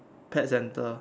pet centre